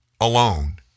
alone